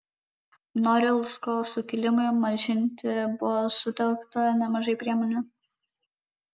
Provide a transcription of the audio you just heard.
norilsko sukilimui malšinti buvo sutelkta nemažai priemonių